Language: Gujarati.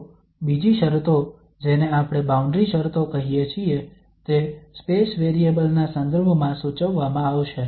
તો બીજી શરતો જેને આપણે બાઉન્ડ્રી શરતો કહીએ છીએ તે સ્પેસ વેરિયેબલ ના સંદર્ભમાં સૂચવવામાં આવશે